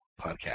podcast